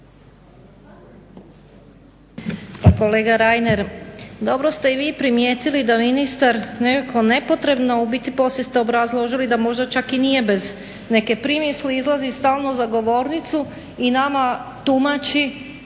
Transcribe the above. kolega Reiner, dobro ste i vi primijetili da ministar nekako nepotrebno, u biti poslije ste obrazložili da možda čak i nije bez neke primisli izlazi stalno za govornicu i nama tumači